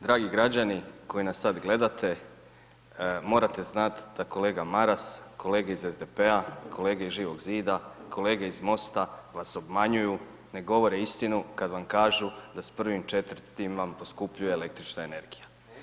Dragi građani koji nas gledate morate znat da kolega Maras, kolege iz SDP-a, kolege iz Živog Zida, kolege iz MOST-a, vas obmanjuju, ne govore istinu kad vam kažu da s 1.4. vam poskupljuje električna energija.